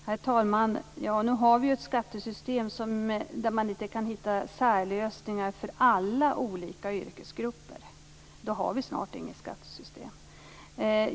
Herr talman! Nu har vi ett skattesystem där man inte kan hitta särlösningar för alla olika yrkesgrupper. Gjorde man det hade vi snart inget skattesystem.